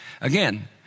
Again